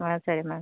సరే మ్యామ్